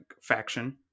faction